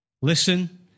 listen